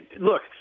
look